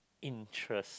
interest